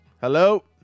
Hello